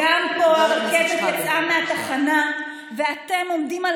גם פה הרכבת יצאה מהתחנה ואתם עומדים על